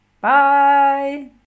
bye